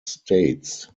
states